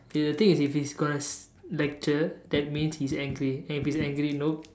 is the thing is if he is going lecture that means he is angry and if he is angry nope